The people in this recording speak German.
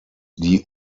die